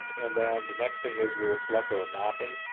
and then the next thing is, we will select our mapping.